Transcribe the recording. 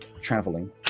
traveling